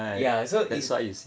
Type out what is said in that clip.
ya so it's